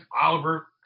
Oliver